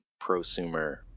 prosumer